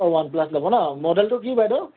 অ OnePlus ল'ব ন মডেলটো কি বাইদেউ